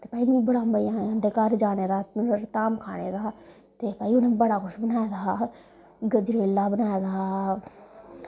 ते भाई मिगी बड़ा मज़ा आया इं'दे घर जाने दा ते धाम खाने दा ते भाई उ'नें बड़ा कुछ बनाए दा हा गजरेला बनाए दा हा